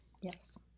Yes